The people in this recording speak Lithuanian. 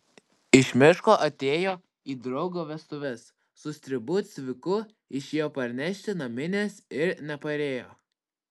iš miško atėjo į draugo vestuves su stribu cviku išėjo parnešti naminės ir neparėjo